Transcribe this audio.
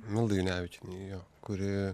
mildai junevičienei jo kuri